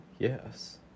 Yes